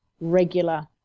regular